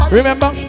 Remember